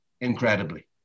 incredibly